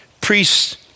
priests